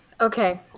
okay